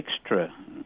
extra